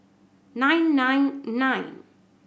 nine nine nine